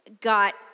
got